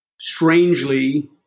strangely